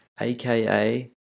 aka